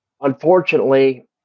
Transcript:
unfortunately